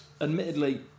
admittedly